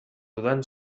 dudan